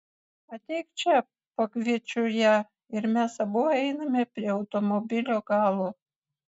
ateik čia pakviečiu ją ir mes abu einame prie automobilio galo